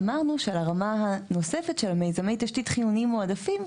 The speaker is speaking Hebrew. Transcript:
אמרנו שלרמה הנוספת של מיזמי התשתית חיוניים מועדפים,